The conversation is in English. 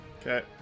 Okay